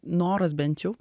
noras bent jau